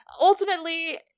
ultimately